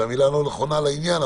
זו המילה הלא נכונה לעניין,